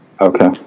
Okay